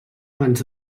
abans